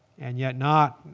and yet not